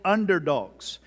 Underdogs